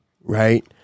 right